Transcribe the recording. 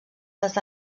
les